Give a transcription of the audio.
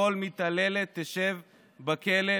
שכל מתעללת תשב בכלא,